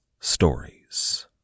stories